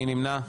מי נמנע?